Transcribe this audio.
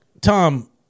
Tom